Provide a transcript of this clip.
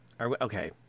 okay